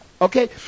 okay